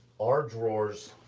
our drawers,